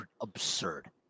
absurd